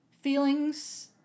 feelings